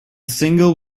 single